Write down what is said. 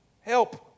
help